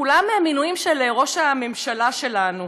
כולם הם מינויים של ראש הממשלה שלנו.